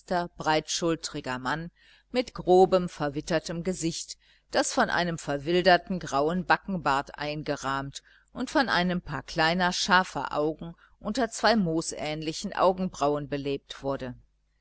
breitschultriger mann mit grobem verwittertem gesicht das von einem verwilderten grauen backenbart eingerahmt und von einem paar kleiner scharfer augen unter zwei moosähnlichen augenbrauen belebt wurde